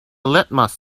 litmus